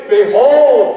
Behold